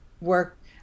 work